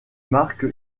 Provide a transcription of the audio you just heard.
marque